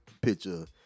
picture